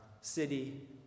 city